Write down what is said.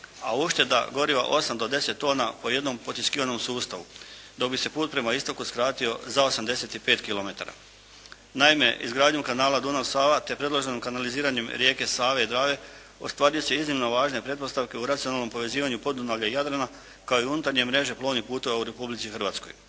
a ušteda goriva 8 do 10 tona po jednom potiskivanom sustavu, dok bi se put prema istoku skratio za 85 km. Naime, izgradnjom kanala Dunav – Sava, te predloženim kanaliziranjem rijeke Save i Drave usklađuju se iznimno važne pretpostavke u racionalnom povezivanju Podunavlja i Jadrana kao i unutarnje mreže plovnih putova u Republici Hrvatskoj.